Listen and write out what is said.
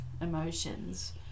emotions